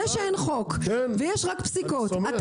זה שאין חוק ויש רק פסיקות,